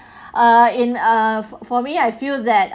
err in err for me I feel that